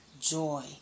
joy